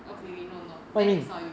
okay no no then its not you